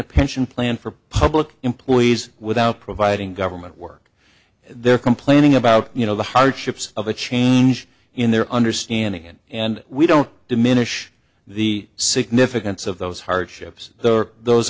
a pension plan for public employees without providing government work they're complaining about you know the hardships of a change in their understanding and we don't diminish the significance of those hardships those